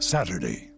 Saturday